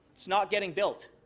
it's not getting built.